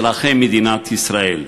אזרחי מדינת ישראל.